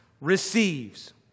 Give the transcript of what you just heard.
receives